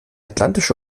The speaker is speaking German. atlantische